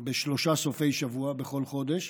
בשלושה סופי שבוע בכל חודש,